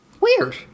Weird